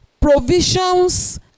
provisions